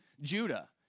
Judah